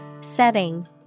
Setting